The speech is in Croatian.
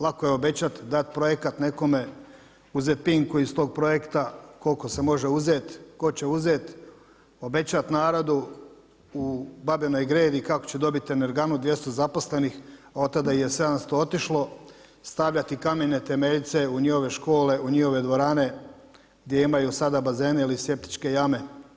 Lako je obećati, dat projekat nekome, uzet pinku iz tog projekta koliko se može uzet, tko će uzet, obećat narodu u Babinoj Gredi kako će dobiti energanu 200 zaposlenih, a od tada ih je 700 otišlo, stavljati kamene temeljce u njihove škole u njihove dvorane gdje imaju sada bazene ili septičke jame.